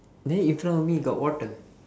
in front of me got water